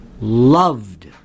loved